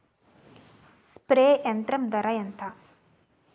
Spray యంత్రం ధర ఏంతా?